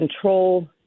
control